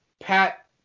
Pat